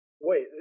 Wait